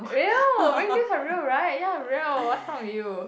real reindeers are real right ya real what's wrong with you